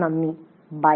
നന്ദി ബൈ